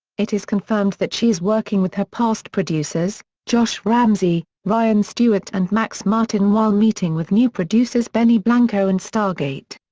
it is confirmed that she is working with her past producers, josh ramsay, ryan stewart and max martin while meeting with new producers benny blanco and stargate.